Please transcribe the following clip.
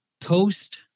post